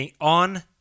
on